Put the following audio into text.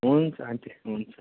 हुन्छ आन्टी हुन्छ